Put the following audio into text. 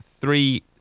three